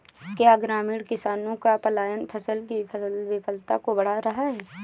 क्या ग्रामीण किसानों का पलायन फसल की विफलता को बढ़ा रहा है?